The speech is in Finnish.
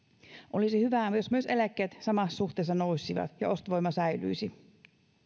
olisi hyvä jos myös eläkkeet samassa suhteessa nousisivat ja ostovoima säilyisi